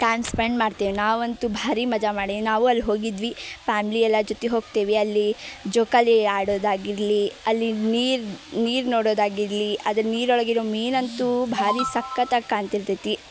time spend ಮಾಡ್ತೀವಿ ನಾವಂತೂ ಭಾರಿ ಮಜಾ ಮಾಡೀವಿ ನಾವು ಅಲ್ಲಿ ಹೋಗಿದ್ವಿ ಪ್ಯಾಮ್ಲಿ ಎಲ್ಲ ಜೊತಿಗೆ ಹೋಗ್ತೀವಿ ಅಲ್ಲಿ ಜೋಕಾಲಿ ಆಡೋದಾಗಿರಲಿ ಅಲ್ಲಿ ನೀರು ನೀರು ನೋಡೋದಾಗಿರಲಿ ಅದು ನೀರೊಳಗಿರೋ ಮೀನು ಅಂತೂ ಭಾರಿ ಸಖತ್ತಾಗಿ ಕಾಣ್ತಿರ್ತೈತಿ